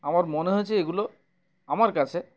আমার মনে হয়েছে এগুলো আমার কাছে